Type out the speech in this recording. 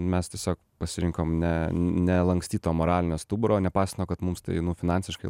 mes tiesiog pasirinkom ne nelankstyt to moralinio stuburo nepaisant to kad mums tai nu finansiškai